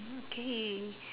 mm okay